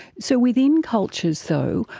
so within cultures though,